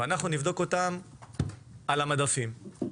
ואנחנו נבדוק אותם על המדפים.